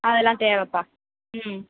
அதெல்லாம் தேவைப்பா ம்